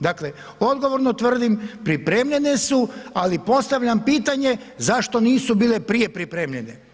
Dakle, odgovorno tvrdim, pripremljene su ali postavljam pitanje, zašto nisu bile prije pripremljene?